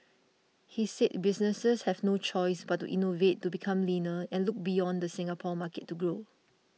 he said businesses have no choice but to innovate to become leaner and look beyond the Singapore market to grow